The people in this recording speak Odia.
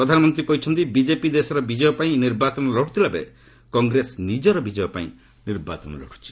ଶ୍ରୀ ମୋଦି କହିଛନ୍ତି ବିଜେପି ଦେଶର ବିଜୟ ପାଇଁ ନିର୍ବାଚନ ଲଢ଼ୁଥିବା ବେଳେ କଂଗ୍ରେସ ନିଜର ବିଜୟ ପାଇଁ ନିର୍ବାଚନ ଲଢ଼ୁଛି